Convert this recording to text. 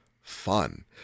fun